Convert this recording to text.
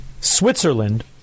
Switzerland